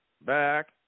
Back